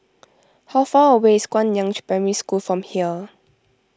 how far away is Guangyang Primary School from here